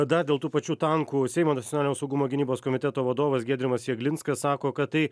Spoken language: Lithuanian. dar dėl tų pačių tankų seimo nacionalinio saugumo gynybos komiteto vadovas giedrimas jeglinskas sako kad tai